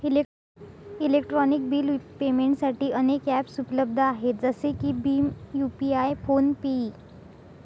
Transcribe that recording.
electronic bill पेमेंटसाठी अनेक ॲप्सउपलब्ध आहेत जसे की भीम यू.पि.आय फोन पे इ